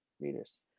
readers